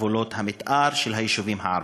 גבולות המתאר של היישובים הערביים.